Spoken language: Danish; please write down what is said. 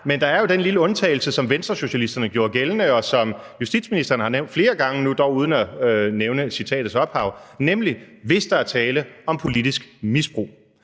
men der er jo den lille undtagelse, som Venstresocialisterne gjorde gældende, og som justitsministeren har nævnt flere gange nu, dog uden at nævne citatets ophav, nemlig hvis der er tale om politisk misbrug,